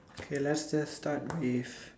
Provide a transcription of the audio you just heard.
okay let's just start with